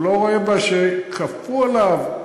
הוא לא רואה בה מדיניות שכפו עליו.